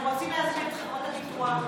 אנחנו רוצים להזמין את חברות הביטוח,